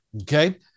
Okay